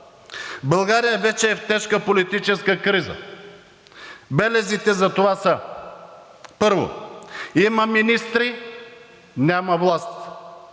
България вече е в тежка политическа криза. Белезите за това са: първо, има министри – няма власт,